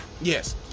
Yes